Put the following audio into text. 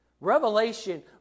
Revelation